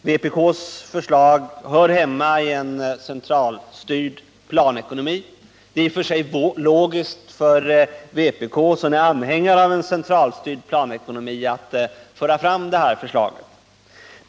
Vpk:s förslag hör hemma i en centralstyrd planekonomi. Det är i och för sig logiskt för vpk som anhängare av en centralstyrd planekonomi att föra fram det här förslaget.